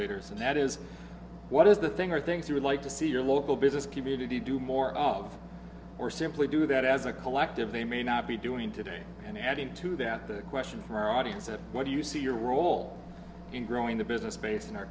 leaders and that is what is the thing or things you would like to see your local business community do more of or simply do that as a collective they may not be doing today and adding to that the question from our audience of what do you see your role in growing the business space in our